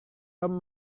tom